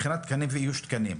תקנים ואיושם,